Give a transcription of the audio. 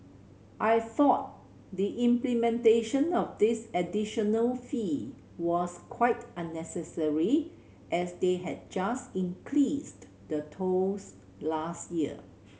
I thought the implementation of this additional fee was quite unnecessary as they had just increased the tolls last year